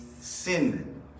sin